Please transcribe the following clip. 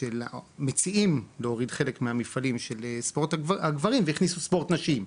מציעים להוריד חלק מהמפעלים של ספורט הגברים והכניסו ספורט נשים,